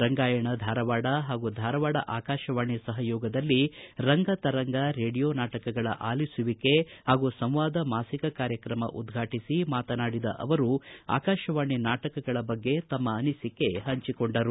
ರಂಗಾಯಣ ಧಾರವಾಡ ಹಾಗೂ ಧಾರವಾಡ ಆಕಾಶವಾಣಿ ಸಹಯೋಗದಲ್ಲಿ ರಂಗತರಂಗ ರೇಡಿಯೋ ನಾಟಕಗಳ ಆಲಿಸುವಿಕೆ ಹಾಗೂ ಸಂವಾದ ಮಾಸಿಕ ಕಾರ್ಯಕ್ರಮ ಉದ್ವಾಟಿಸಿ ಮಾತನಾಡಿದ ಅವರು ಆಕಾಶವಾಣಿಯೊಂದಿಗಿನ ತಮ್ನ ಅನುಭವಗಳನ್ನು ಹಂಚಿಕೊಂಡರು